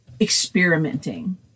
experimenting